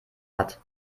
hat